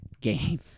game